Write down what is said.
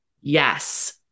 Yes